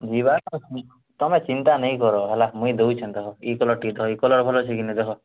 ଯିବା ତମେ ଚିନ୍ତା ନାଇଁକର ହେଲା ମୁଇଁ ଦେଉଛି ଏନ୍ତା ରହ ଇ କଲର୍ ଟି ହଁ ଇ କଲର୍ ଭଲ୍ ଅଛି କି ନାହିଁ ଦେଖ